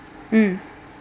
mm